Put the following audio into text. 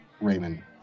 Raymond